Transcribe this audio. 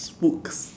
spooks